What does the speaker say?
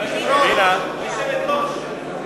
היושבת-ראש,